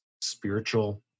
spiritual